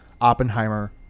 Oppenheimer